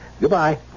Goodbye